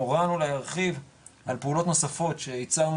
מורן אולי ירחיב על פעולות נוספות שייצרנו